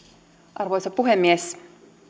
arvoisa puhemies